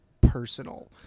personal